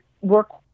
work